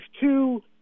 two